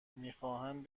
میخواهند